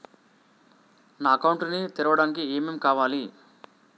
నా అకౌంట్ ని తెరవడానికి ఏం ఏం కావాలే?